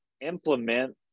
implement